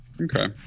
okay